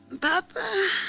Papa